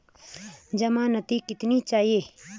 ज़मानती कितने चाहिये?